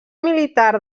militar